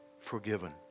forgiven